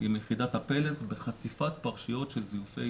עם יחידת הפלס בחשיפת פרשיות של זיופי